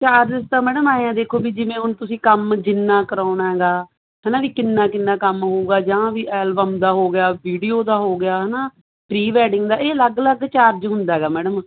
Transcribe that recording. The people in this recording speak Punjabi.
ਚਾਰਜਿਸ ਤਾਂ ਮੈਡਮ ਆਏ ਹਾਂ ਮੈਡਮ ਦੇਖੋ ਵੀ ਜਿਵੇਂ ਹੁਣ ਤੁਸੀਂ ਕੰਮ ਜਿੰਨਾ ਕਰਾਉਣਾ ਹੈਗਾ ਹਨਾ ਵੀ ਕਿੰਨਾ ਕਿੰਨਾ ਕੰਮ ਹੋਊਗਾ ਜਾਂ ਵੀ ਐਲਬਮ ਦਾ ਹੋ ਗਿਆ ਵੀਡੀਓ ਦਾ ਹੋ ਗਿਆ ਹਨਾ ਪ੍ਰੀ ਵੈਡਿੰਗ ਦਾ ਇਹ ਅਲੱਗ ਅਲੱਗ ਚਾਰਜ ਹੁੰਦਾ ਹੈਗਾ ਮੈਡਮ